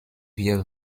wir